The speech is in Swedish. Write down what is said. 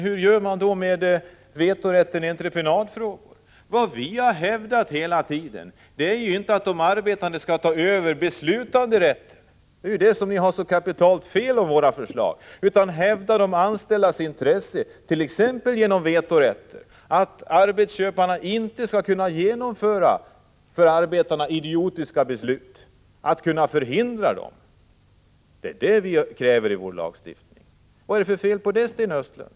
Hur vill man då göra med vetorätten i entreprenadfrågor? Vad vi hela tiden har krävt är inte att de arbetande skall ta över beslutanderätten — det är på den punkten ni har så kapitalt fel när det gäller våra förslag — utan vi vill hävda de anställdas intressen t.ex. genom att ge dem vetorätt, så att arbetsköparna förhindras att genomföra för arbetarna idotiska beslut. Det är detta vi kräver när det gäller den här lagstiftningen. Vad är det för fel med det, Sten Östlund?